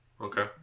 Okay